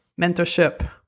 mentorship